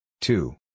Two